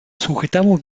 sujetamos